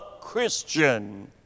Christian